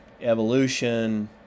evolution